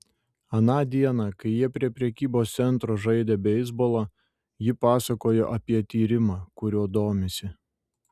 aną dieną kai jie prie prekybos centro žaidė beisbolą ji pasakojo apie tyrimą kuriuo domisi